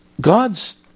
God's